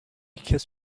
kiss